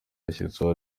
yashyizeho